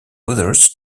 others